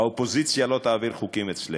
האופוזיציה לא תעביר חוקים אצלנו.